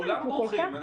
כולם ברוכים.